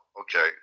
okay